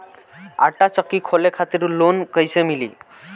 आटा चक्की खोले खातिर लोन कैसे मिली?